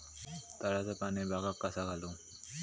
तळ्याचा पाणी बागाक कसा घालू?